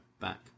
back